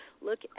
Look